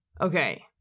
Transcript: okay